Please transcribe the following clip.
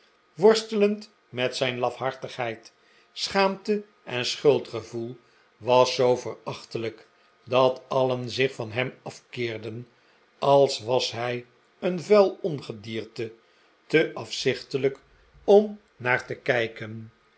worstelend met zijn lafhartigheid schaamte en schuldgevoel was zoo verachtelijk dat alien zich van hem afkeerden als was hij een vuil ongedierte te afzichtelijk om naar te kijken